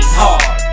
hard